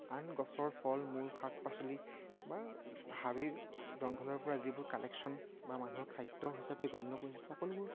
আন গছৰ ফল মূল শাক পাচলি বা হাবি জংঘলৰ পৰা যিবোৰ কালেকশ্যন বা মানুহৰ খাদ্য হিচাপে গণ্য কৰি সকলোবোৰ